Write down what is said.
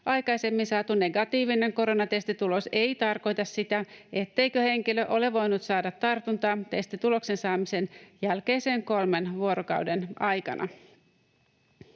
aikaisemmin saatu negatiivinen koronatestitulos ei tarkoita sitä, etteikö henkilö ole voinut saada tartuntaa testituloksen saamisen jälkeisen kolmen vuorokauden aikana.